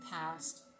past